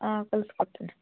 ಹಾಂ ಕಲ್ಸಿ ಕೊಡ್ತೀನಿ